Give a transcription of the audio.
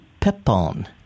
pepon